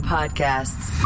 Podcasts